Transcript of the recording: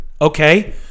okay